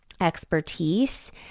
expertise